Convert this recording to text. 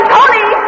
Tony